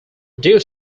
due